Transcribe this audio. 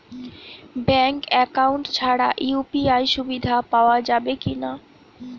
Bank account ছাড়া UPI সুবিধা পাওয়া যাবে কি না?